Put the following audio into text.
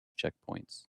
checkpoints